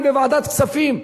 אני בוועדת כספים,